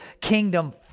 kingdom